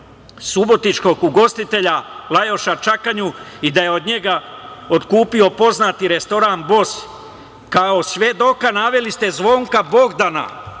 subotičkog ugostitelja Lajoša Čakanju i da je od njega otkupio poznati restoran „Bos“. Kao svedoka naveli ste Zvonka Bogdana.